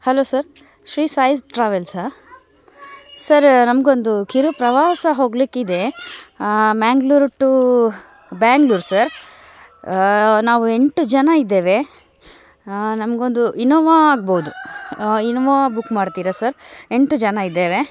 hello sir Shri Sai ಟ್ರಾವೆಲ್ಸಾ sir ನಮಗೊಂದು ಕಿರು ಪ್ರವಾಸ ಹೋಗಲಿಕ್ಕಿದೆ ಮ್ಯಾಂಗ್ಳೂರ್ ಟೂ ಬ್ಯಾಂಗ್ಳೂರ್ ಸರ್ ನಾವು ಎಂಟು ಜನ ಇದ್ದೇವೆ ನಮಗೊಂದು ಇನೋವಾ ಆಗ್ಬೋದು ಇನೋವಾ ಬುಕ್ ಮಾಡ್ತೀರ ಸರ್ ಎಂಟು ಜನ ಇದ್ದೇವೆ